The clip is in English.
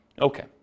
Okay